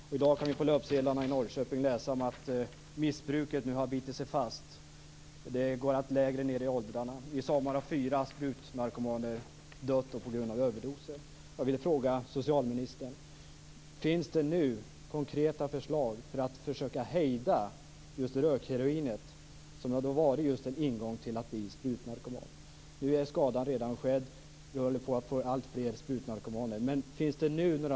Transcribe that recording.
I dag kan vi på löpsedlarna i Norrköping läsa att missbruket nu har bitit sig fast och går allt lägre ned i åldrarna. I sommar har fyra sprutnarkomaner dött på grund av överdoser.